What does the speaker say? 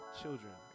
children